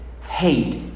hate